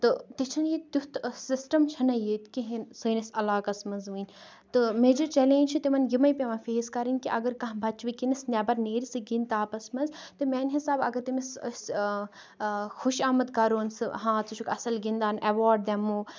تہٕ تہِ چھُنہِ یہِ تیُتھ سِسٹم چھُنہٕ ییٚتہِ کِہینۍ سٲنِس الاقَس منٛز وٕنۍ تہٕ میجَر چیٚلینٛج چِھ تمَن یِمٕے پیٚوان فیس کَرٕنۍ کہِ اگر کانٛہہ بَچہِ وٕنکیٚنَس نیٚبَر نیرٕ سُہ گِندِ تاپَس منٛز تہٕ میانہِ حِسابہٕ اگر تٔمِس أسۍ خوش آمَد کرون سُہ ہاں ژٕ چھُکھ اَصٕل گِندان ایواڈ دیمو